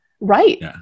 Right